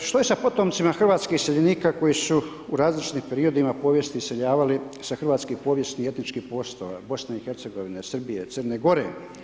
Što se sa potomcima hrvatskih iseljenika koji su u različitim periodima povijesti iseljavali sa hrvatski povijesnih i etničkih .../nerazumljivo/..., BiH, Srbije, Crne Gore?